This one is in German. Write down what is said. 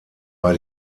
bei